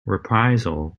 reprisal